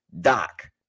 doc